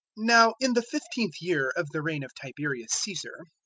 now in the fifteenth year of the reign of tiberius caesar,